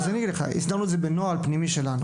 הסדרנו את זה בנוהל פנימי שלנו.